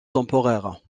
temporaires